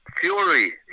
Fury